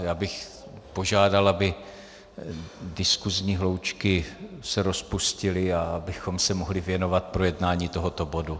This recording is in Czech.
Já bych požádal, aby diskuzní hloučky se rozpustili a abychom se mohli věnovat projednání tohoto bodu.